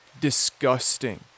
disgusting